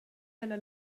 ella